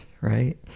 right